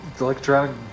electronic